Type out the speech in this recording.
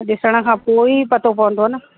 ॾिसण खां पोइ ई पतो पवंदो न